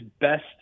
best